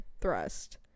thrust